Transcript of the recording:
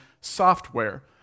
software